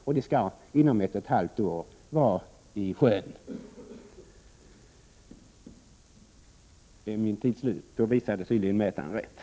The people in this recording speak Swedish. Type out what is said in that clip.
De skall vara i sjön inom ett och ett halvt år. 21 ken och dess konsekvenser för miljön